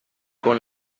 con